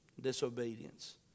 disobedience